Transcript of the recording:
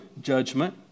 judgment